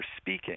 speaking